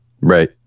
Right